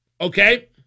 Okay